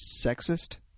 sexist